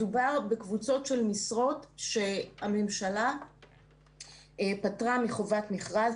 מדובר בקבוצות של משרות שהממשלה פטרה מחובת מכרז.